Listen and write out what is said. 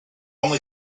only